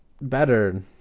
better